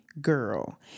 girl